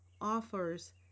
offers